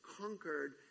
conquered